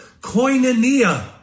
Koinonia